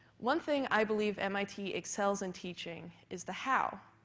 one thing i believe mit excels in teaching is the how,